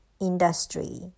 industry